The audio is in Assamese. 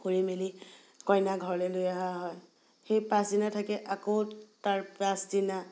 কৰি মেলি কইনা ঘৰলৈ লৈ অহা হয় সেই পাছদিনা থাকি আকৌ তাৰ পাছদিনা